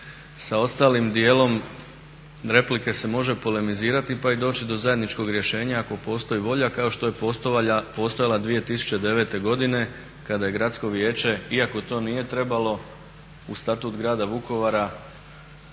sa ostalim dijelom replike se može polemizirati pa i doći do zajedničkog rješenja ako postoji volja, kao što je postojala 2009. godine kada je Gradsko vijeće, iako to nije trebalo, u Statut grada Vukovara